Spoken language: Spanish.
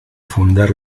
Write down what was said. fundar